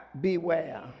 Beware